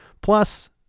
plus